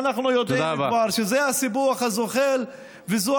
אבל אנחנו כבר יודעים שזה הסיפוח הזוחל וזו